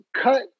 cut